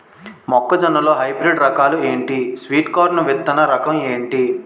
మొక్క జొన్న లో హైబ్రిడ్ రకాలు ఎంటి? స్వీట్ కార్న్ విత్తన రకం ఏంటి?